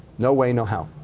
no way, no how.